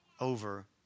over